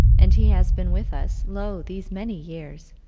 and he has been with us, lo, these many years!